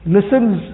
Listens